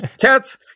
Cats